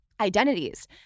identities